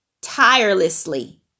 tirelessly